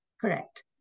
Correct